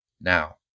Now